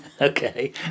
Okay